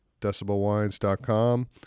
DecibelWines.com